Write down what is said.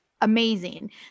amazing